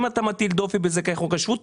אם אתה מטיל דופי בזכאי חוק השבות,